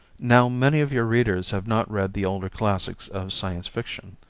now many of your readers have not read the older classics of science fiction.